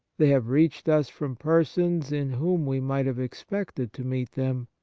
they have reached us from persons in whom we might have expected to meet them.